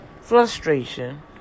Frustration